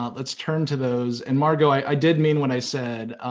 let's turn to those. and margot, i did mean what i said,